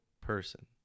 person